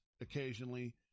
occasionally